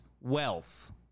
wealth